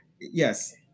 Yes